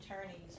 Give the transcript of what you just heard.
attorneys